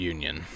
Union